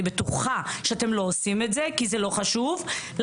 אני בטוחה שאתם לא עושים את זה כי זה לא חשוב לכם.